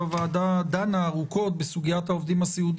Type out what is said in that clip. הוועדה דנה ארוכות בסוגיית עובדי הסיעוד